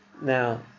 Now